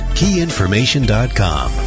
keyinformation.com